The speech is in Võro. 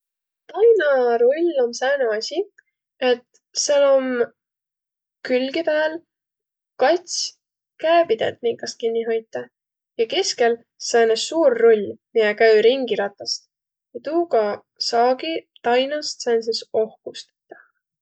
Tainarull om sääne asi, et sääl om külgi pääl kats käepidet, minkast kinniq hoitaq. Ja keskel sääne suur rull, miä käü ringiratast. Ja tuugaq saagiq tainast sääntses ohkus tetäq.